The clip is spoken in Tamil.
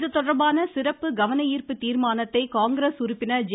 இதுதொடர்பான சிறப்பு கவன சுர்ப்பு தீர்மானத்தை காங்கிரஸ் உறுப்பினர் ஜே